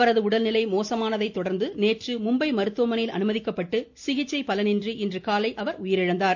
அவரது உடல்நிலை மோசமானதை தொடர்ந்து நேற்று மும்பை மருத்துவமனையில் அனுமதிக்கப்பட்டு சிகிச்சை பலனின்றி இன்று காலை அவர் உயிரிழந்தார்